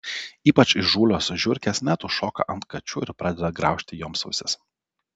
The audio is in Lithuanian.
ypač įžūlios žiurkės net užšoka ant kačių ir pradeda graužti joms ausis